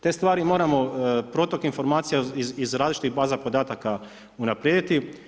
Te stvari moramo, protok informacija iz različitih baza podataka unaprijediti.